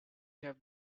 have